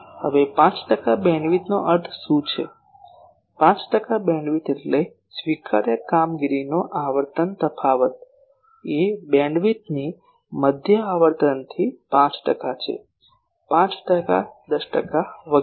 હવે 5 ટકા બેન્ડવિડ્થનો અર્થ શું છે 5 ટકા બેન્ડવિડ્થ એટલે સ્વીકાર્ય કામગીરીનો આવર્તન તફાવત એ બેન્ડવિડ્થની મધ્ય આવર્તનથી 5 ટકા છે 5 ટકા 10 ટકા વગેરે